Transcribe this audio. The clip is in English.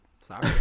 sorry